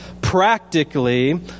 practically